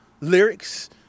lyrics